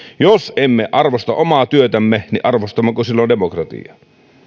jos emme arvosta omaa työtämme niin arvostammeko silloin demokratiaa